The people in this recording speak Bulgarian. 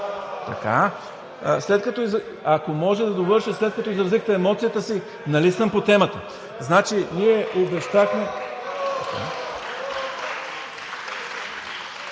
Ако може да довърша, след като изразихте емоцията си, нали съм по темата